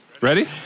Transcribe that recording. Ready